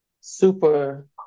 super